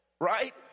right